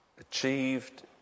achieved